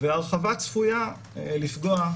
ההרחבה צפויה לפגוע,